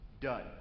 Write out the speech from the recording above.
done